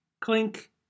clink